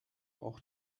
auch